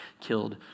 killed